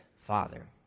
Father